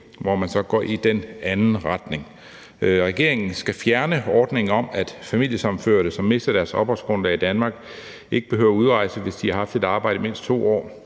hvor man så går i den anden retning. Regeringen skal fjerne ordningen om, at familiesammenførte, som mister deres opholdsgrundlag i Danmark, ikke behøver at udrejse, hvis de har haft et arbejde i mindst 2 år.